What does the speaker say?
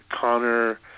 Connor